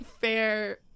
fair